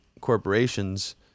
corporations